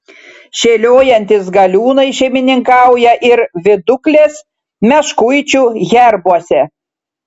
šėliojantys galiūnai šeimininkauja ir viduklės meškuičių herbuose